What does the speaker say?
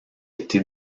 été